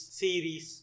series